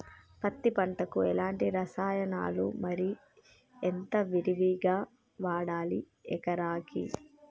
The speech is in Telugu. పత్తి పంటకు ఎలాంటి రసాయనాలు మరి ఎంత విరివిగా వాడాలి ఎకరాకి?